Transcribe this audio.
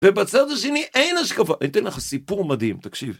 ובצד השני אין השקפה, אני אתן לך סיפור מדהים, תקשיב.